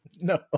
No